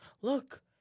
Look